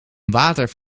water